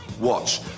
Watch